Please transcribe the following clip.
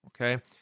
okay